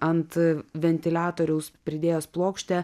ant ventiliatoriaus pridėjęs plokštę